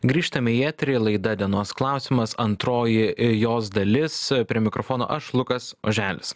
grįžtame į eterį laida dienos klausimas antroji jos dalis prie mikrofono aš lukas oželis